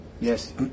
yes